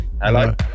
Hello